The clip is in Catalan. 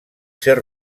ser